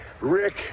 Rick